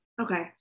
Okay